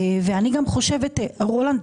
אני גם חושבת רולנד,